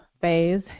phase